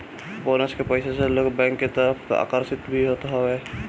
bonus के पईसा से लोग बैंक के तरफ आकर्षित भी होत हवे